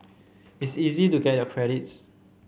it's easy to get your credits